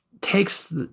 takes